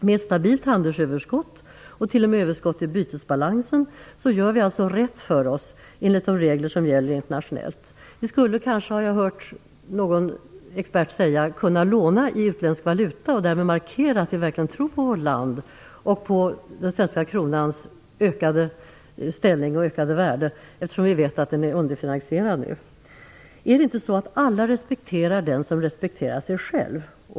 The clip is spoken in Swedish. Med stabilt handelsöverskott och t.o.m. överskott i bytesbalansen gör vi rätt för oss enligt de regler som gäller internationellt. Jag har hört en expert säga att vi skulle kunna låna i utländsk valuta och därmed markera att vi verkligen tror på vårt land och på den svenska kronans förbättrade ställning och ökade värde, eftersom vi vet att den är underfinansierad nu. Är det inte så att alla respekterar den som respekterar sig själv?